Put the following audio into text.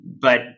but-